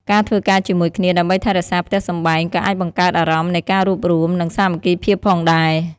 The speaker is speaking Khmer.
ការធ្វើការជាមួយគ្នាដើម្បីថែរក្សាផ្ទះសម្បែង ក៏អាចបង្កើតអារម្មណ៍នៃការរួបរួម និងសាមគ្គីភាពផងដែរ។